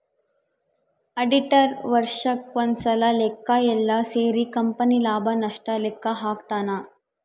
auditor ವರ್ಷಕ್ ಒಂದ್ಸಲ ಲೆಕ್ಕ ಯೆಲ್ಲ ಸೇರಿ ಕಂಪನಿ ಲಾಭ ನಷ್ಟ ಲೆಕ್ಕ ಹಾಕ್ತಾನ